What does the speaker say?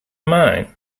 mine